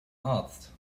arzt